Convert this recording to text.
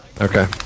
Okay